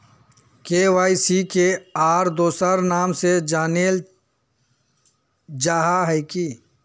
KYC के आर दोसरा नाम से जानले जाहा है की?